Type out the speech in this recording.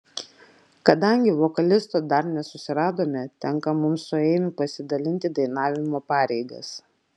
kadangi vokalisto dar nesusiradome tenka mums su eimiu pasidalinti dainavimo pareigas